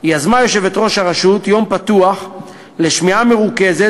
יזמה יושבת-ראש הרשות יום פתוח לשמיעה מרוכזת,